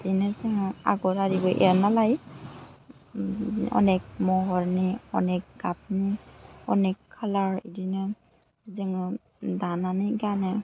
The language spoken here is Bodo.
बिदिनो जोङो आगर आरिबो एरनानै लायो अनेक महरनि अनेक गाबनि अनेक कालार बिदिनो जोङो दानानै गानो